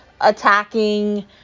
attacking